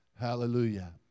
Hallelujah